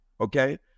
Okay